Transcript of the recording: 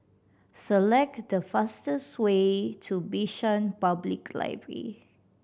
select the fastest way to Bishan Public Library